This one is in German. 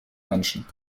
menschen